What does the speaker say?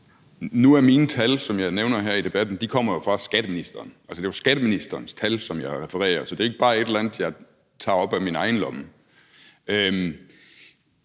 Nu kommer mine tal, som jeg nævner her i debatten, jo fra skatteministeren. Altså, det er jo skatteministerens tal, som jeg refererer, så det er ikke bare et eller andet, som jeg tager op af min egen lomme,